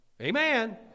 Amen